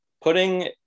putting